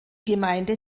gemeinde